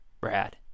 Brad